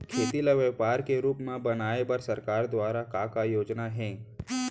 खेती ल व्यापार के रूप बनाये बर सरकार दुवारा का का योजना हे?